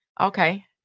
Okay